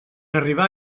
arribar